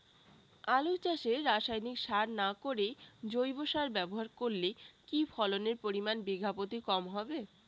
আলু চাষে রাসায়নিক সার না করে জৈব সার ব্যবহার করলে কি ফলনের পরিমান বিঘা প্রতি কম হবে?